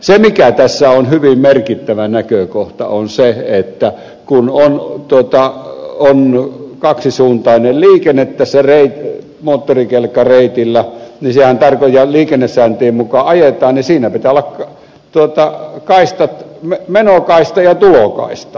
se mikä tässä on hyvin merkittävä näkökohta on se että kun on kaksisuuntainen liikenne tällä moottorikelkkareitillä ja liikennesääntöjen mukaan ajetaan niin siinä pitää olla kaistat menokaista ja tulokaista